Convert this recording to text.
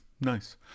Nice